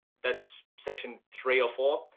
that's section three or four.